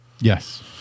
Yes